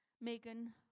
Megan